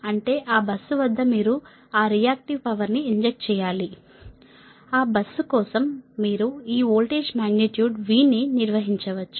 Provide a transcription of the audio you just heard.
అంటే ఆ బస్సు వద్ద మీరు ఆ రియాక్టివ్ పవర్ ని ఇంజెక్ట్ చేయాలి ఆ బస్సు కోసం మీరు ఈ వోల్టేజ్ మాగ్నిట్యూడ్ V ని నిర్వహించవచ్చు